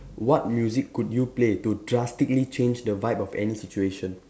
what music could you play to drastically change the vibe of any situation